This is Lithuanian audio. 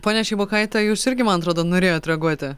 ponia šeibokaite jūs irgi man atrodo norėjote reaguojate